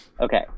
Okay